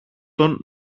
τον